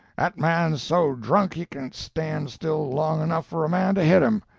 at man's so drunk he can't stan still long enough for a man to hit him.